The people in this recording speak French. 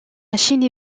machine